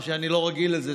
מה שאני לא רגיל לזה,